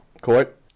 court